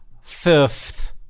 fifth